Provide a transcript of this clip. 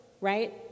right